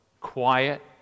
quiet